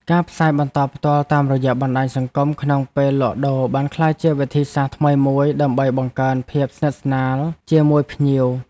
ការផ្សាយបន្តផ្ទាល់តាមរយៈបណ្ដាញសង្គមក្នុងពេលលក់ដូរបានក្លាយជាវិធីសាស្ត្រថ្មីមួយដើម្បីបង្កើនភាពស្និទ្ធស្នាលជាមួយភ្ញៀវ។